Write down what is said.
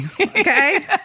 okay